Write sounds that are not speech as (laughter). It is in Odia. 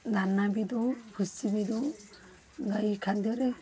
ଦାନା ବି ଦେଉ (unintelligible) ବି ଦେଉ ଗାଈ ଖାଦ୍ୟରେ